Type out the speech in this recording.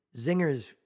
zingers